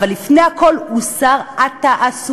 אבל לפני הכול הוא שר התעסוקה.